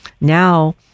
Now